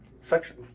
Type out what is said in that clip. section